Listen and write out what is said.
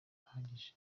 udahagije